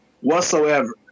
whatsoever